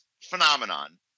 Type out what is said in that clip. phenomenon